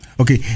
Okay